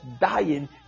dying